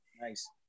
Nice